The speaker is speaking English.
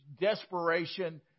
desperation